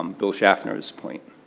um bill schaffner's point.